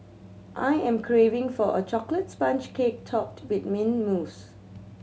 I am craving for a chocolate sponge cake topped with mint mousse